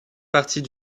partie